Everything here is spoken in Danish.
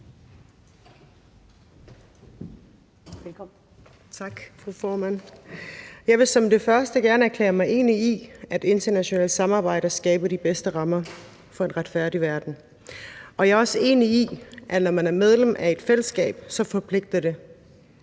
Jeg vil som det første gerne erklære mig enig i, at internationalt samarbejde skaber de bedste rammer for en retfærdig verden. Jeg er også enig i, at når man er medlem af et fællesskab, så forpligter det.